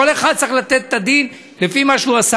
כל אחד צריך לתת את הדין לפי מה שהוא עשה.